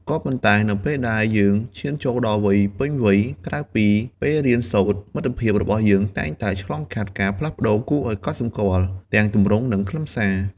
ក៏ប៉ុន្តែ នៅពេលដែលយើងឈានចូលដល់វ័យពេញវ័យ ក្រៅពីពេលរៀនសូត្រ មិត្តភាពរបស់យើងតែងតែឆ្លងកាត់ការផ្លាស់ប្តូរគួរឱ្យកត់សម្គាល់ ទាំងទម្រង់ និងខ្លឹមសារ។